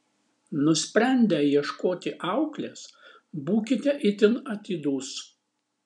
nusprendę ieškoti auklės būkite itin atidūs